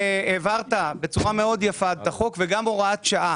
העברת בצורה מאוד יפה את החוק וגם את הוראת שעה,